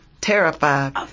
terrified